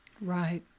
Right